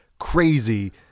crazy